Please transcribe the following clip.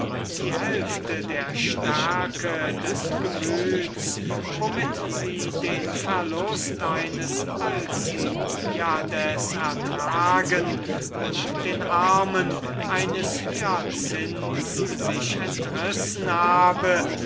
die hälfte der stärke des gemüts womit sie den verlust eines alcibiades ertragen und den armen eines hyacinths sich entrissen habe